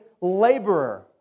laborer